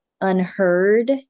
Unheard